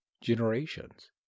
generations